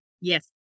Yes